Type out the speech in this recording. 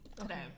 Okay